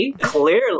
clearly